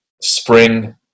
spring